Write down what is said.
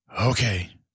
Okay